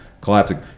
collapsing